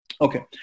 Okay